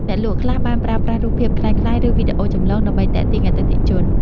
អ្នកលក់ខ្លះបានប្រើប្រាស់រូបភាពក្លែងក្លាយឬវីដេអូចម្លងដើម្បីទាក់ទាញអតិថិជន។